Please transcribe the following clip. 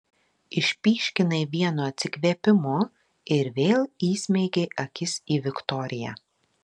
išpyškinai vienu atsikvėpimu ir vėl įsmeigei akis į viktoriją